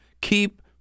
keep